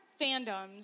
fandoms